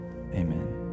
Amen